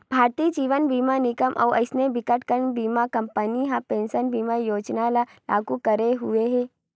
भारतीय जीवन बीमा निगन अउ अइसने बिकटकन बीमा कंपनी ह पेंसन बीमा योजना ल लागू करे हुए हे